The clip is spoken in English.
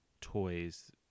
toys